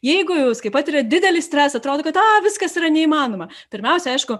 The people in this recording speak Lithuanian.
jeigu jūs kai patiriat didelį stresą atrodo kad aaa viskas yra neįmanoma pirmiausia aišku